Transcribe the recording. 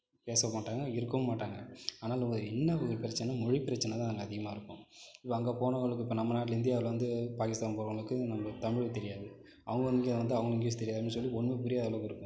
பேசவும் மாட்டாங்கள் இருக்கவும் மாட்டாங்கள் ஆனாலும் என்ன ஒரு பிரச்சனை மொழி பிரச்சனை தான் அங்கே அதிகமாக இருக்கும் இப்போ அங்கே போனவங்களுக்கு இப்போ நம்ம நாட்டில இந்தியாவில் வந்து பாகிஸ்தான் போறவங்களுக்கு நம்ம தமிழ் தெரியாது அவங்க இங்கே வந்தால் அவங்களுக்கு இங்கிலிஷ் தெரியாதுன்னு சொல்லி ஒன்னும் புரியாத அளவுக்கு இருக்கும்